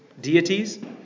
deities